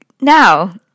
Now